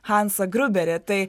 hansą gruberį tai